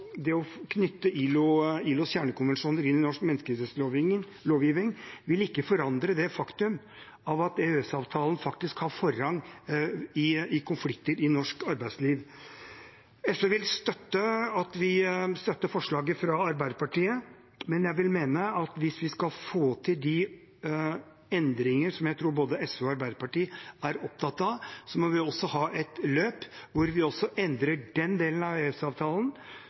å knytte ILOs kjernekonvensjoner til norsk menneskerettighetslovgivning vil ikke forandre det faktum at EØS-avtalen faktisk har forrang i konflikter i norsk arbeidsliv. SV vil støtte forslaget fra Arbeiderpartiet, men jeg vil mene at hvis vi skal få til de endringene som jeg tror både SV og Arbeiderpartiet er opptatt av, må vi også ha et løp der vi endrer den delen av